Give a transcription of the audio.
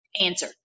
Answer